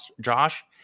Josh